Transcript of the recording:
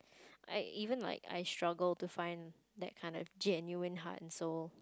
I even like I struggle to find that kind of genuine heart and soul